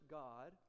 god